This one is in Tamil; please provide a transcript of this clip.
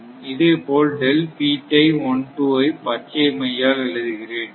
அதேபோல ஐ பச்சை மையால் எழுதுகிறேன்